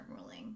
ruling